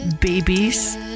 babies